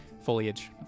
foliage